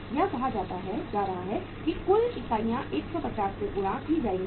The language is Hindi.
यह कहा जा रहा है कि कुल इकाइयाँ 150 से गुणा की जाएंगी